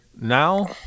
now